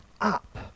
up